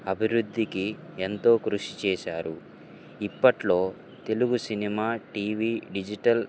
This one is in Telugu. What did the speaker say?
అభివృద్ధికి ఎంతో కృషి చేశారు ఇప్పట్లో తెలుగు సినిమా టీవీ డిజిటల్